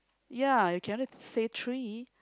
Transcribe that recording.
ya you can only say three